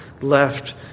left